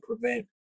prevent